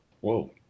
Whoa